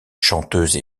chanteuse